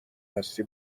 هستی